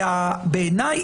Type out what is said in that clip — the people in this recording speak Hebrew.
ובעיניי,